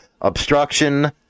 Obstruction